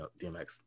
DMX